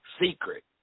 secret